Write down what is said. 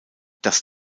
dass